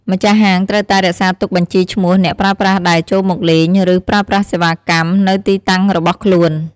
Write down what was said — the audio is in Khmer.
ម្ចាស់ហាង ត្រូវតែ រក្សាទុកបញ្ជីឈ្មោះ អ្នកប្រើប្រាស់ដែល ចូលមកលេង ឬ ប្រើប្រាស់សេវាកម្ម នៅទីតាំងរបស់ខ្លួន។